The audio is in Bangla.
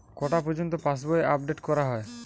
কটা পযর্ন্ত পাশবই আপ ডেট করা হয়?